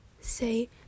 say